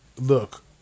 look